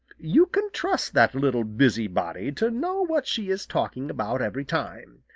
you can trust that little busybody to know what she is talking about, every time.